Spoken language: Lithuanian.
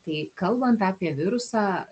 tai kalbant apie virusą